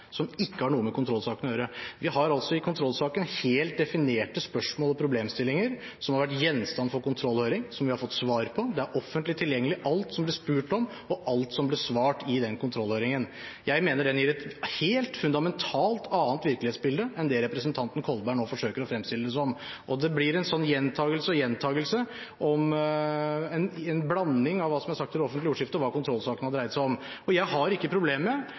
som ikke har noe med kontrollsaken å gjøre. Vi har i kontrollsaken helt definerte spørsmål og problemstillinger, som har vært gjenstand for en kontrollhøring, og som vi har fått svar på. Alt som det ble spurt om, og alle svarene i kontrollhøringen, er offentlig tilgjengelig. Jeg mener det gir et helt fundamentalt annet virkelighetsbilde enn det representanten Kolberg nå forsøker å fremstille det som. Det blir en gjentakelse og gjentakelse i en blanding av hva som er sagt i det offentlige ordskiftet, og hva kontrollsaken har dreid seg om. Jeg har ikke problemer med